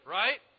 right